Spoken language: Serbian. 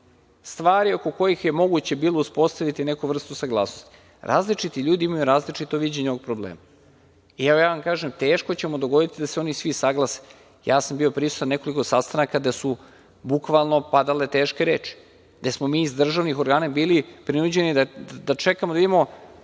stvari oko kojih je moguće bilo uspostaviti neku vrstu saglasnosti. Različiti ljudi imaju različito viđenje ovog problema. Kažem vam teško ćemo dogovoriti da se oni svi saglase. Bio sam prisutan na nekoliko sastanaka gde su bukvalno padale teške reči, gde smo mi iz državnih organa bili prinuđeni da čekamo, da vidimo